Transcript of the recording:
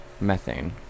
Methane